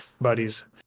buddies